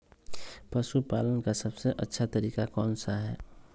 पशु पालन का सबसे अच्छा तरीका कौन सा हैँ?